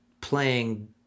playing